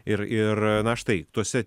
ir ir na štai tuose